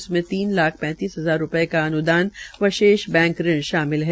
इसमें तीन लाख पैंतीस हजार रूपये का अन्दान व शेष बैंक राशि शामिल है